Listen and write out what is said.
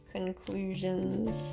Conclusions